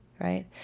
right